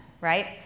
right